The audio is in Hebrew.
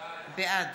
בעד